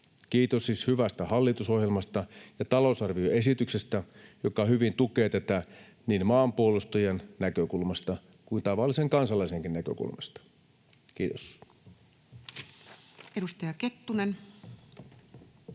Kiitos siis hyvästä hallitusohjelmasta ja talousarvioesityksestä, joka hyvin tukee tätä niin maanpuolustajien näkökulmasta kuin tavallisen kansalaisenkin näkökulmasta. — Kiitos. [Speech